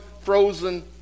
frozen